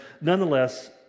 nonetheless